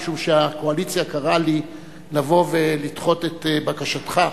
משום שהקואליציה קראה לי לבוא ולדחות את בקשתך.